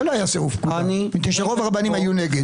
אבל לא היה סירוב קריאה כי רוב הרבנים היו נגד.